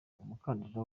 umukandida